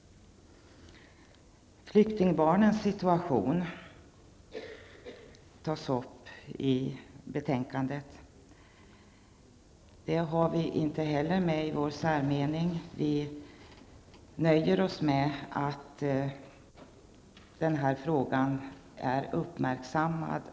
Flyktingbarnens situation tas också upp i betänkandet. Inte heller denna fråga berörs i vår särmening. Vi nöjer oss med att konstatera att frågan har blivit uppmärksammad.